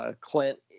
Clint